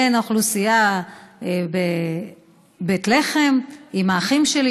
של האוכלוסייה בבית לחם עם האחים שלי,